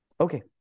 Okay